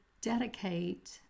dedicate